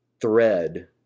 thread